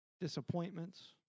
disappointments